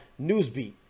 newsbeat